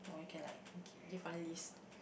or you can like give give one list